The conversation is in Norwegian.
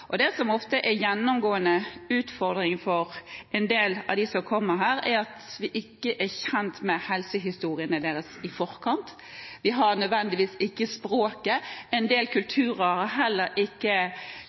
Det som ofte er en gjennomgående utfordring for en del av dem som kommer hit, er at vi ikke er kjent med helsehistoriene deres i forkant. Vi har ikke – nødvendigvis – språket. En del